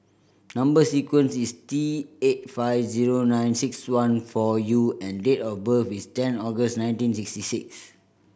number sequence is T eight five zero nine six one four U and date of birth is ten August nineteen sixty six